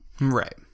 Right